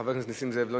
חבר הכנסת נסים זאב,